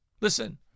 listen